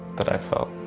that i felt.